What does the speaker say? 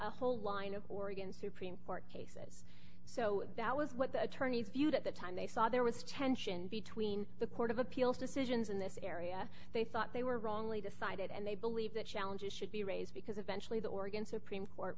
another whole line of oregon supreme court cases so that was what the attorney feud at the time they saw there was tension between the court of appeals decisions in this area they thought they were wrongly decided and they believe that challenges should be raised because eventually the oregon supreme court